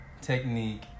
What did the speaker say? technique